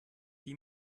wie